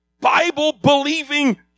Bible-believing